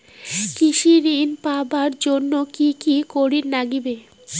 কৃষি ঋণ পাবার জন্যে কি কি করির নাগিবে?